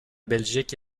belgique